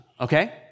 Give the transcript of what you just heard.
okay